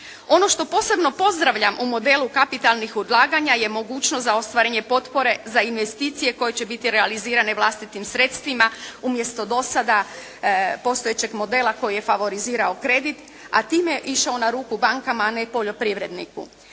Ono što posebno pozdravljam u modelu kapitalnih ulaganja je mogućnost za ostvarenje potpore za investicije koje će biti realizirane vlastitim sredstvima umjesto do sada postojećeg modela koji je favorizirao kredit, a time je išao na ruku bankama, a ne poljoprivredniku.